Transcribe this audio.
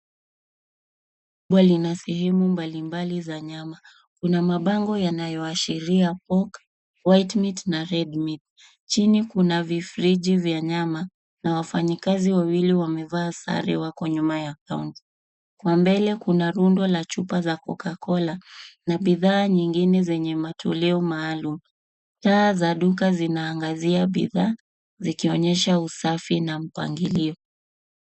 Duka lina sehemu mbalimbali za nyama. Kuna mabango yanayoashiria pork, white meat na red meat . Chini kuna vifriji vya nyama na wafanyikazi wawili wamevaa sare wako nyuma ya kaunta. Kwa mbele kuna rundo la chupa za Coca cola na bidhaa zingine zenye matoleo maalum. Taa zinaangazia bidhaa zikionyesha usafi na mpangilio.